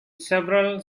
several